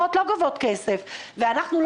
לביטוח הזהב וכדומה.